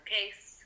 Case